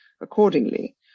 accordingly